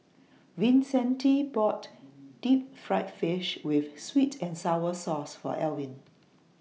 Vicente bought Deep Fried Fish with Sweet and Sour Sauce For Alvin